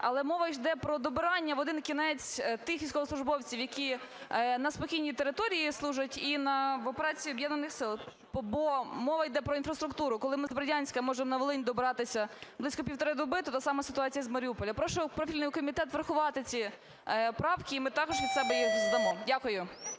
Але мова йде про добирання в один кінець тих військовослужбовців, які на спокійній території служать, і в операції Об'єднаних сил, бо мова йде про інфраструктуру, коли ми з Бердянська можемо на Волинь добиратися близько півтори доби, то та ж сама ситуація з Маріуполя. Прошу профільний комітет врахувати ці правки, і ми також від себе їх дамо. Дякую.